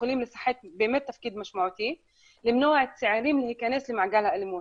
ויכולים למנוע מצעירים להיכנס למעגל האלימות,